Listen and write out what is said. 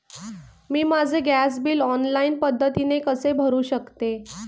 मी माझे gas bill online पद्धतीने कसे भरु शकते?